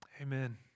Amen